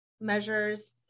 measures